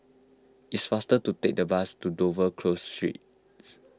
it is faster to take the bus to Dover Close Street